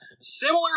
similar